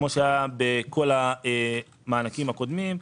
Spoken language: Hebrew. כפי שהיה בכל המענקים הקודמים,